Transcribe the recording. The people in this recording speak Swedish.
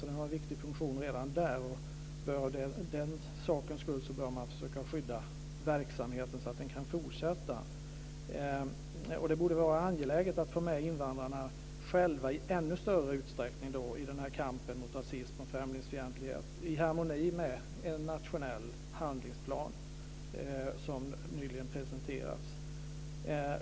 Det har en viktig funktion redan där, och för den sakens skull bör man försöka skydda verksamheten så att den kan fortsätta. Det borde vara angeläget att få med invandrarna själva i ännu större utsträckning i kampen mot rasism och främlingsfientlighet, i harmoni med en nationell handlingsplan som nyligen presenterats.